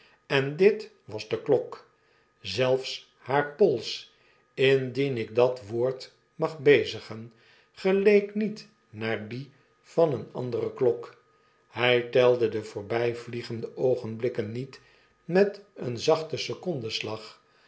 en dit was de klokl zelfs haar pols indien ik dat woord mag bezigen geleek niet naar die van een andere klok hy telde de voorbijvliegendeoogenblikken niet met een zachten secondeslag